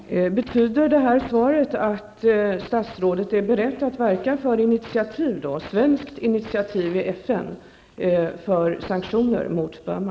Herr talman! Betyder detta svar att statsrådet är beredd att verka för ett svenskt initiativ i FN för sanktioner mot Burma?